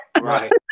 Right